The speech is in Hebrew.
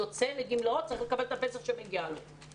יוצא לגמלאות והוא מקבל את הפנסיה שמגיעה לו.